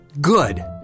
Good